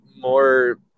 more